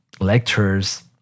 lectures